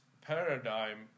paradigm